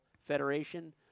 Federation